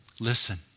Listen